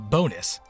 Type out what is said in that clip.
Bonus